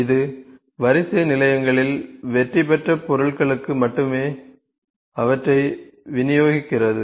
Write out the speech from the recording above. இது வரிசை நிலையங்களில் வெற்றி பெற்ற பொருட்களுக்கு மட்டுமே அவற்றை விநியோகிக்கிறது